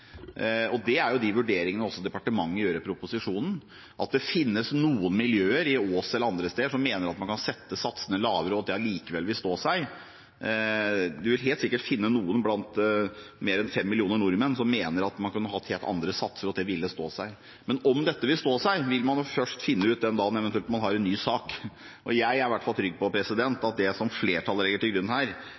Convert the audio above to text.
Og det er jo de vurderingene departementet også gjør i proposisjonen. Og at om en finner noen miljøer, i Ås eller andre steder, som mener at man kan sette satsene lavere og at det likevel vil stå seg, vil en sikkert også finne noen blant mer enn 5 millioner nordmenn som mener at man kunne hatt helt andre satser, og at det ville stå seg. Men om dette vil stå seg, vil man jo først finne ut den dagen man eventuelt har en ny sak, og jeg er i hvert fall trygg på at det som flertallet legger til grunn her,